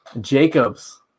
Jacobs